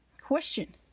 question